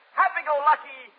happy-go-lucky